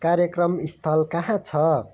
कार्यक्रम स्थल कहाँ छ